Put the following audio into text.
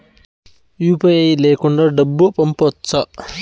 UPI లేకుండా డబ్బు పంపొచ్చా